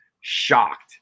shocked